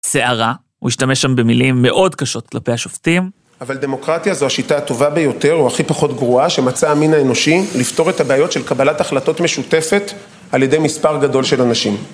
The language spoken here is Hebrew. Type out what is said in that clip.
סערה, הוא השתמש שם במילים מאוד קשות כלפי השופטים. אבל דמוקרטיה זו השיטה הטובה ביותר, או הכי פחות גרועה שמצא המין האנושי לפתור את הבעיות של קבלת החלטות משותפת על ידי מספר גדול של אנשים